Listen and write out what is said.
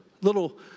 little